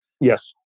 Yes